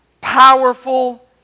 powerful